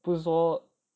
不是说